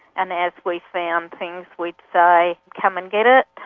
and as we found things we'd say, come and get it,